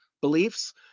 beliefs